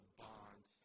bond